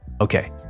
Okay